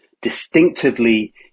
distinctively